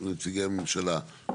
נציגי הממשלה.